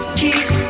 keep